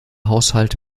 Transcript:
haushalte